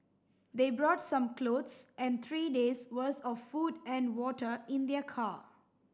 they brought some clothes and three days' worth of food and water in their car